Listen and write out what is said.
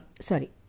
sorry